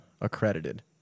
accredited